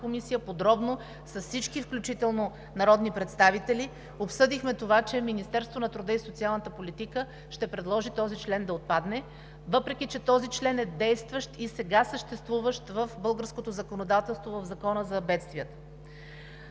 комисия с всички народни представители подробно обсъдихме това, че Министерството на труда и социалната политика ще предложи този член да отпадне, въпреки че този член е действащ и сега съществува в българското законодателство в Закона за бедствията.